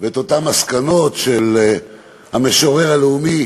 ואת אותן מסקנות של המשורר הלאומי